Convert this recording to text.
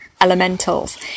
elementals